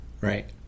right